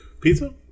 pizza